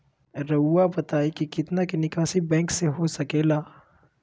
रहुआ बताइं कि कितना के निकासी बैंक से हो सके ला?